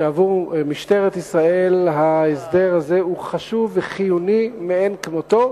שעבור משטרת ישראל ההסדר הזה הוא חשוב וחיוני מאין כמותו.